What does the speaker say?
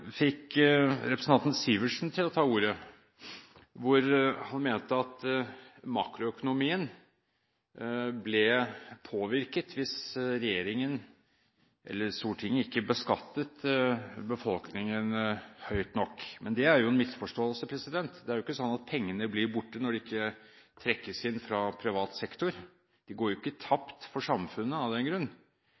fikk representanten Syversen til å ta ordet. Han mente at makroøkonomien ville bli påvirket hvis regjeringen, dvs. Stortinget, ikke beskattet befolkningen høyt nok. Det er en misforståelse. Pengene blir ikke borte om de ikke trekkes inn fra privat sektor – de går jo ikke tapt for samfunnet av den grunn.